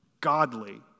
godly